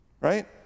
right